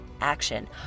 action